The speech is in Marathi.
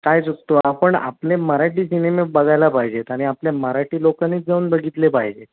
काय चुकतो आपण आपले मराठी सिनेमे बघायला पाहिजे आहेत आणि आपल्या मराठी लोकांनीच जाऊन बघितले पाहिजे आहेत